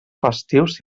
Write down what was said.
festius